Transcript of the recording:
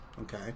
Okay